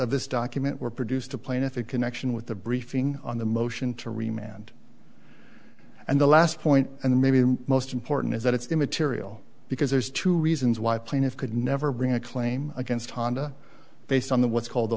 of this document were produced to plaintiff in connection with the briefing on the motion to remand and the last point and maybe the most important is that it's immaterial because there's two reasons why plaintiffs could never bring a claim against honda based on the what's called the